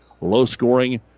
low-scoring